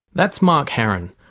that's mark haran,